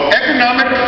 economic